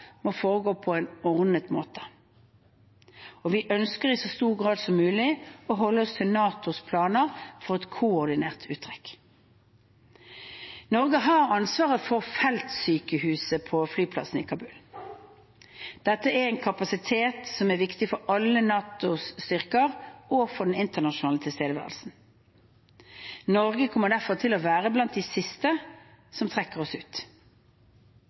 må foregå på en ordnet måte. Vi ønsker i så stor grad som mulig å holde oss til NATOs planer for et koordinert uttrekk. Norge har ansvaret for feltsykehuset på flyplassen i Kabul. Dette er en kapasitet som er viktig for alle NATOs styrker og for den internasjonale tilstedeværelsen. Norge kommer derfor til å være blant de siste som trekker seg ut.